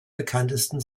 bekanntesten